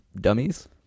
dummies